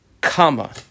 Comma